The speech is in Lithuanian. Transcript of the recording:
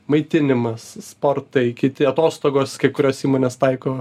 maitinimas sportai kiti atostogos kai kurios įmonės taiko